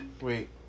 wait